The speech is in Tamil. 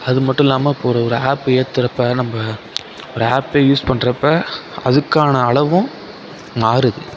அது மட்டும் இல்லாமல் இப்போ ஒரு ஆப்பு ஏற்றுறப்ப நம்ப ஒரு ஆப்பே யூஸ் பண்றப்போ அதுக்கான அளவும் மாறுது